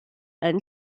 and